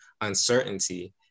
uncertainty